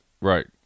right